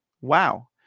Wow